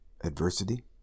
adversity